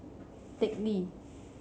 Teck Lee